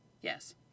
yes